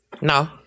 No